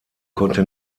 konnte